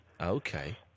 Okay